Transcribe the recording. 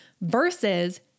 versus